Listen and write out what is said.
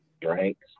drinks